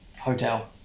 hotel